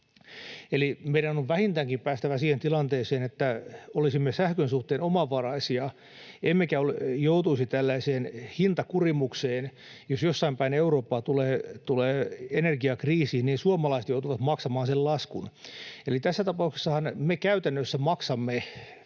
Meidän on vähintäänkin päästävä siihen tilanteeseen, että olisimme sähkön suhteen omavaraisia emmekä joutuisi tällaiseen hintakurimukseen, että jos jossain päin Eurooppaa tulee energiakriisi, niin suomalaiset joutuvat maksamaan sen laskun. Eli tässä tapauksessahan me käytännössä maksamme